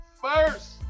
first